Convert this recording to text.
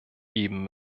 geben